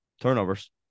Turnovers